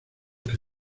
que